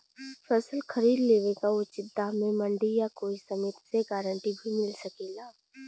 फसल खरीद लेवे क उचित दाम में मंडी या कोई समिति से गारंटी भी मिल सकेला?